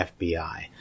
FBI